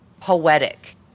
poetic